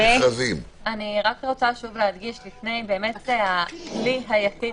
אני רק רוצה שוב להדגיש --- הכלי היחיד